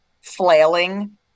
flailing